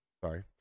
sorry